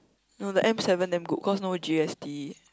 no the M seven damn good cause no G S T